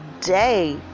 day